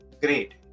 great